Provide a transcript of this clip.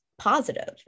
positive